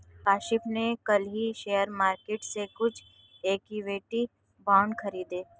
काशिफ़ ने कल ही शेयर मार्केट से कुछ इक्विटी बांड खरीदे है